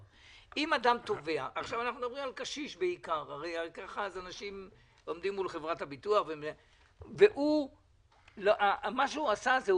שאם אדם תובע אנחנו בעיקר מדברים על אדם קשיש ומה שהוא עשה,